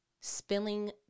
spilling